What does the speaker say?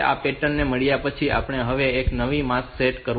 હવે આ પેટર્ન મેળવ્યા પછી આપણે હવે એક નવો માસ્ક સેટ કરવો પડશે